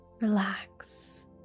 relax